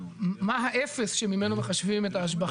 דבר שגרם לעובדה שהם לא יכולים להתחבר לחשמל,